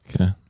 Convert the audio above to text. Okay